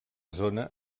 zona